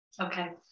Okay